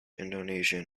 indonesian